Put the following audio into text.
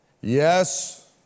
Yes